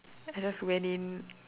I just went in